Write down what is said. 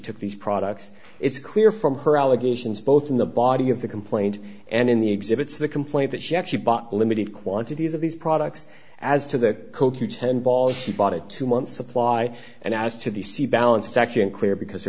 took these products it's clear from her allegations both in the body of the complaint and in the exhibits the complaint that she actually bought limited quantities of these products as to the co q ten balls she bought it two months supply and as to the sea balance actually unclear because